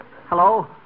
Hello